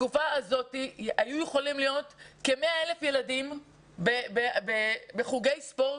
בתקופה הזאת היו יכולים להיות יותר מ-100,000 ילדים בחוגי ספורט,